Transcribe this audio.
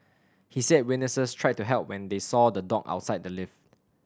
he said witnesses tried to help when they saw the dog outside the lift